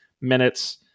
minutes